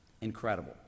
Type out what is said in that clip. Incredible